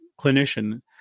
clinician